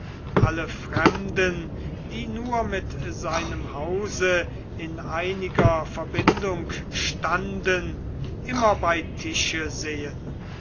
alle fremden die nur mit seinem hause in einiger verbindung standen immer bei tische sehen